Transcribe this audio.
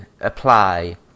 apply